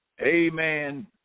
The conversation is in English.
Amen